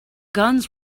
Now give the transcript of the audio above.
guns